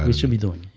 um should be doing